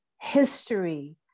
history